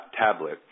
tablet